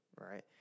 right